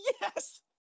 Yes